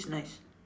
it's nice